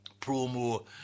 promo